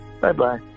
Bye-bye